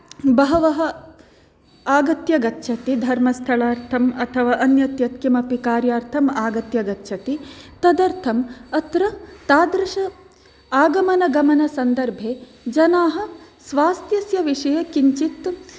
बहवः आगत्य गच्छति धर्मस्थलार्थम् अथवा अन्यत् यत् किमपि कार्यार्थं आगत्य गच्छति तदर्थम् अत्र तादृश आगमनगमनसन्दर्भे जनाः स्वास्थ्यस्य विषये किञ्चित्